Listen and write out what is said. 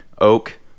oak